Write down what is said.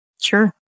Sure